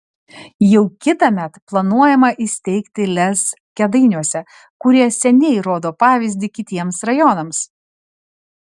jau kitąmet planuojama įsteigti lez kėdainiuose kurie seniai rodo pavyzdį kitiems rajonams